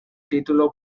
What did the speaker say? título